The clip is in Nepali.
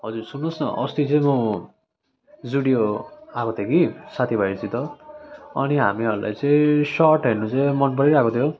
हजुर सुन्नुहोस् न अस्ति चाहिँ म जुडियो आएको थिएँ कि साथी भाइहरूसित अनि हामीहरूलाई चाहिँ सर्टहरू मनपरिरहेको थियो